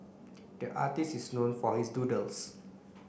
the artist is known for his doodles